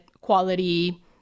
quality